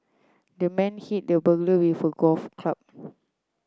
the man hit the burglar with a golf club